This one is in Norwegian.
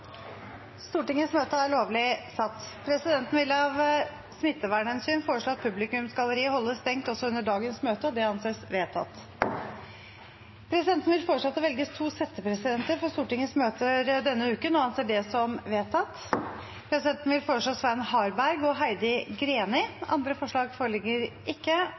Stortingets møter denne uken – og anser det som vedtatt. Presidenten vil foreslå Svein Harberg og Heidi Greni. – Andre forslag foreligger ikke,